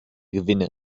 gewinne